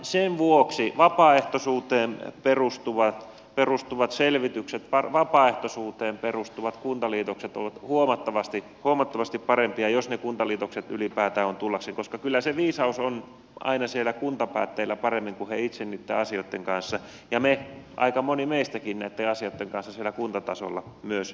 sen vuoksi vapaaehtoisuuteen perustuvat selvitykset vapaaehtoisuuteen perustuvat kuntaliitokset ovat huomattavasti parempia jos ne kuntaliitokset ylipäätään ovat tullakseen koska kyllä se viisaus on aina siellä kuntapäättäjillä paremmin kun he itse niitten asioitten kanssa painivat ja aika moni meistäkin näitten asioitten kanssa siellä kuntatasolla myös painii